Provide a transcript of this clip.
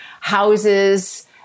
houses